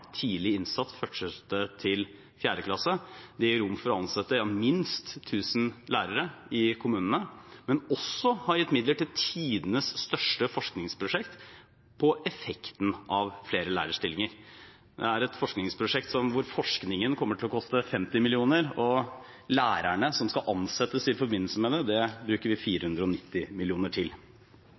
tidlig innsats fra 1. klasse til 4. klasse. Det gir rom for å ansette minst 1 000 lærere i kommunene, men vi har også gitt midler til tidenes største forskningsprosjekt på effekten av flere lærerstillinger. Det er et forskningsprosjekt hvor forskningen kommer til å koste 50 mill. kr, og vi bruker 490 mill. kr til lærerne som skal ansettes i forbindelse med det.